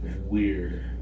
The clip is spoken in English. Weird